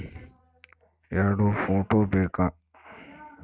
ಎರಡು ಫೋಟೋ ಬೇಕಾ?